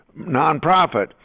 nonprofit